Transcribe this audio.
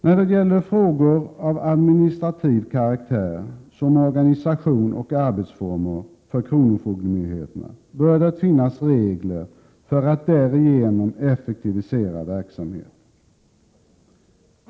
När det gäller frågor av administrativ karaktär, som organisation och arbetsformer för kronofogdemyndigheterna, bör det finnas regler för att därigenom effektivisera verksamheten.